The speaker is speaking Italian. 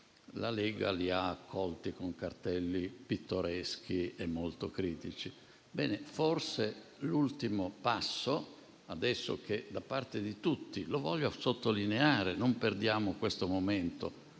la Lega lo accolse con cartelli pittoreschi e molto critici.